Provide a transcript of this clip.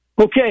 Okay